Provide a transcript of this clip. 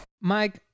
Mike